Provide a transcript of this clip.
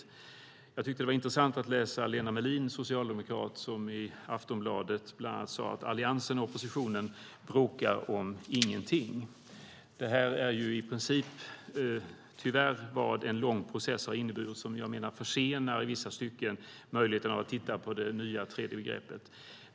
Jag tyckte att det var intressant att läsa Lena Mellin, socialdemokrat, som i Aftonbladet bland annat sade att Alliansen och oppositionen bråkar om ingenting. Det här är i princip tyvärr vad en lång process har inneburit som jag menar i vissa stycken försenar möjligheten att titta på det nya tredje begreppet.